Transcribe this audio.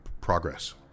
progress